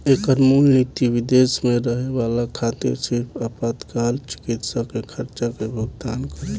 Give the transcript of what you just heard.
एकर मूल निति विदेश में रहे वाला खातिर सिर्फ आपातकाल चिकित्सा के खर्चा के भुगतान करेला